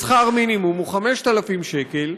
בשכר מינימום, הוא 5,000 שקל,